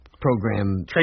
program